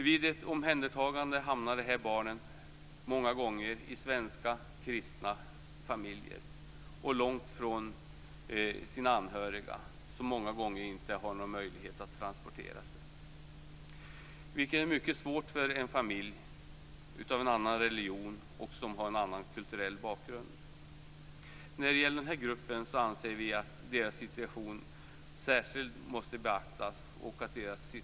Vid ett omhändertagande hamnar de här barnen många gånger i svenska, kristna familjer långt ifrån sina anhöriga - som många gånger inte har någon möjlighet att transportera sig. Detta är mycket svårt för en familj som har en annan religion och en annan kulturell bakgrund. Vi anser att den här gruppens situation särskilt måste beaktas och förbättras.